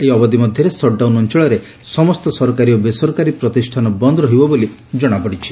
ଏହି ଅବଧି ମଧ୍ଧରେ ସଟ୍ଡାଉନ୍ ଅଅଳରେ ସମସ୍ତ ସରକାରୀ ଓ ବେସରକାରୀ ପ୍ରତିଷ୍ଠାନ ବନ୍ଦ ରହିବ ବୋଲି ଜଣାପଡିଛି